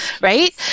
Right